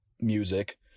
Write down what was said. music